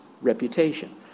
reputation